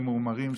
ממורמרים,